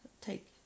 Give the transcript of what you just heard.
take